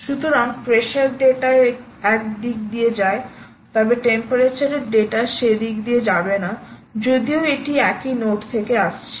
সুতরাং pressure data এই দিক দিয়ে যায় তবে টেম্পারেচার ডেটা সে দিক দিয়ে যাবে না যদিও এটি একই নোড থেকে আসছে